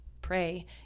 pray